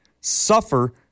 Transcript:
suffer